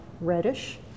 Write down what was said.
reddish